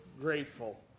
grateful